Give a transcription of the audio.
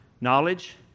knowledge